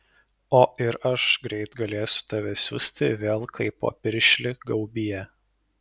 o ir aš greit galėsiu tave siųsti vėl kaipo piršlį gaubyje